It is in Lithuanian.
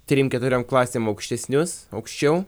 trim keturiom klasėm aukštesnius aukščiau